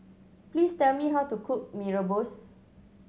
please tell me how to cook Mee Rebus